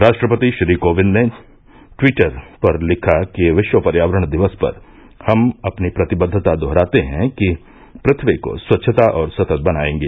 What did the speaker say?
राष्ट्रपति श्री कोविंद ने ट्यूटर पर लिखा कि विश्व पर्यावरण दिवस पर हम अपनी प्रतिबद्वता दहराते हैं कि पथ्यी को स्वच्छता और सतत बनायेंगी